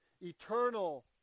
eternal